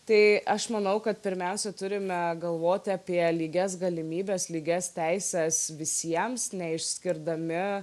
tai aš manau kad pirmiausia turime galvoti apie lygias galimybes lygias teises visiems neišskirdami